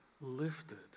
lifted